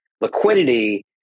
liquidity